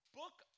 book